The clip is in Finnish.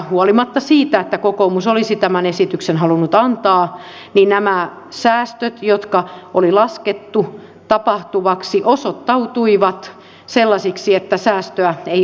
huolimatta siitä että kokoomus olisi tämän esityksen halunnut antaa niin nämä säästöt jotka oli laskettu tapahtuvaksi osoittautuivat sellaisiksi että säästöä ei aidosti tule